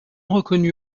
reconnue